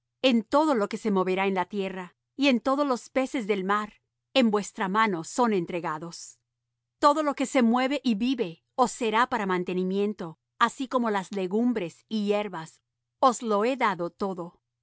en todo lo que se moverá en la tierra y en todos los peces del mar en vuestra mano son entregados todo lo que se mueve y vive os será para mantenimiento así como las legumbres y hierbas os lo he dado todo